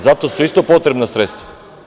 Za to su isto potrebna sredstva.